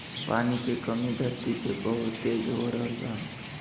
पानी के कमी धरती पे बहुत तेज हो रहल हौ